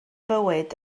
fywyd